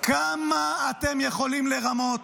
כמה אתם יכולים לרמות?